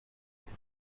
بود